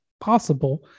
possible